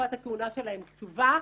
- תקופת הכהונה שלהם קצובה,